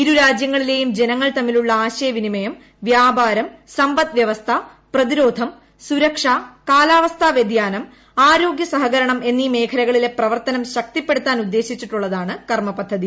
ഇരു രാജ്യങ്ങളിലെയും ജനങ്ങൾ തമ്മിലുള്ള ആശയവിനിമയം വ്യാപാരം സമ്പദ്വ്യവസ്ഥ പ്രതിരോധം സുരക്ഷ കാലാവസ്ഥാ വൃതിയാനം ആരോഗൃ സഹകരണം എന്നീ മേഖലകളിലെ പ്രവർത്തനം ശക്തിപ്പെടുത്താൻ ഉദ്ദേശിച്ചുള്ളതാണ് കർമപദ്ധതി